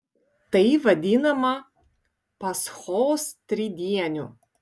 tai vadinama paschos tridieniu